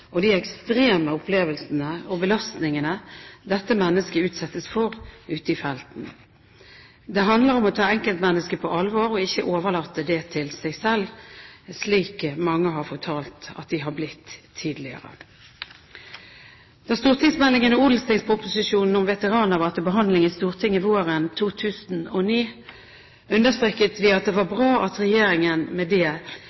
og de ekstreme opplevelsene og belastningene dette mennesket utsettes for ute i felten. Det handler om å ta enkeltmennesket på alvor og ikke overlate det til seg selv – slik mange har fortalt at de har blitt tidligere. Da stortingsmeldingen og odelstingsproposisjonen om veteraner var til behandling i Stortinget våren 2009, understreket vi at det var